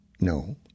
No